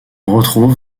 retrouve